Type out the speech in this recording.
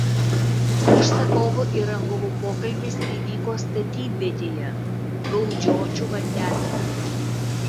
užsakovų ir rangovų pokalbis įvyko statybvietėje gaudžiočių vandenvietėje